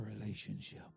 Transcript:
relationship